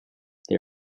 they